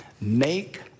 make